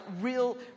real